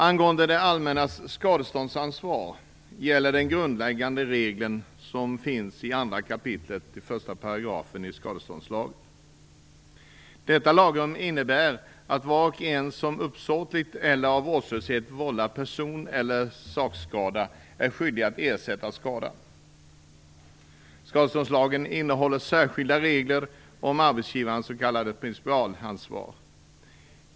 Angående det allmännas skadeståndsansvar gäller den grundläggande regeln som finns i 2 kap. 1 § skadeståndslagen. Detta lagrum innebär att var och en som uppsåtligen eller av vårdslöshet vållar person eller sakskada är skyldig att ersätta skadan. Skadeståndslagen innehåller särskilda regler om arbetsgivares s.k. principalansvar.